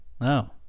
No